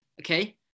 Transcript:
Okay